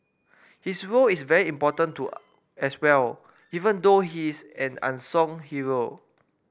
his role is very important to as well even though he's an unsung hero